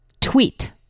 tweet